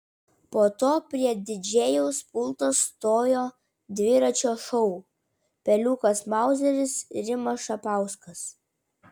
po to prie didžėjaus pulto stojo dviračio šou peliukas mauzeris rimas šapauskas